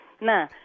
Nah